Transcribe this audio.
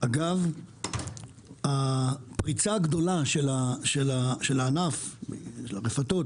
אגב, הפריצה הגדולה של הענף של הרפתות